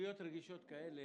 רגישות כאלה,